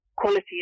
quality